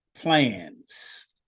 plans